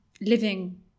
living